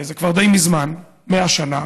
זה כבר די מזמן, 100 שנה,